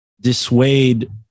dissuade